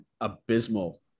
abysmal